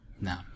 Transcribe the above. no